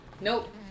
Nope